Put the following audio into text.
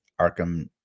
Arkham